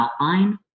outline